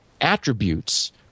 attributes